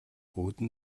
үүдэн